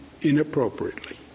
inappropriately